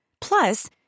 Plus